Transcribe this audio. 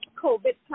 COVID